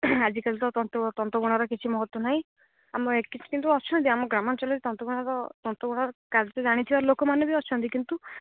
ଆଜିକାଲି ତ ତନ୍ତ ତନ୍ତବୁଣାର କିଛି ମହତ୍ଵ ନାହିଁ ଆମେ କିନ୍ତୁ ଅଛନ୍ତି ଆମ ଗ୍ରାମାଞ୍ଚଳରେ ସାଧାରଣତଃ ତନ୍ତବୁଣର ତନ୍ତବୁଣ କାର୍ଯ୍ୟରେ ଜାଣିଥିବାର ଲୋକମାନେ ବି ଅଛନ୍ତି କିନ୍ତୁ